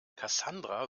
cassandra